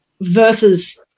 versus